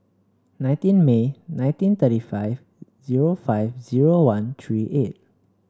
nineteen May nineteen thirty five zero five zero one three eight